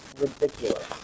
ridiculous